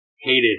hated